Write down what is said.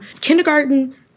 kindergarten